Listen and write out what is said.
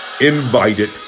invited